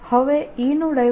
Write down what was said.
હવે E નું divergence